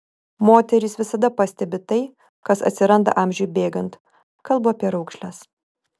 moterys visada pastebi tai kas atsiranda amžiui bėgant kalbu apie raukšles